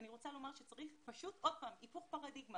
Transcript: אני רוצה לומר שצריך פשוט עוד פעם היפוך פרדיגמה.